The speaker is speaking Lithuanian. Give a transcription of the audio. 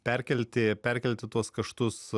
perkelti perkelti tuos kaštus